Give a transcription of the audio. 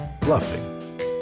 Bluffing